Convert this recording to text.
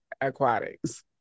aquatics